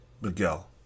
Miguel